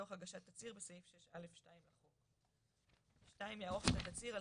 לצורך הגשת תצהיר בסעיף 6א2 לחוק; (2) יערוך את התצהיר על